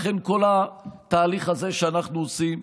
לכן כל התהליך הזה שאנחנו עושים.